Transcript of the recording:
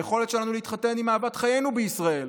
ביכולת שלנו להתחתן עם אהבת חיינו בישראל.